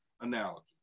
analogy